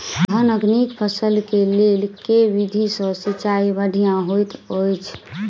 धानक नीक फसल केँ लेल केँ विधि सँ सिंचाई बढ़िया होइत अछि?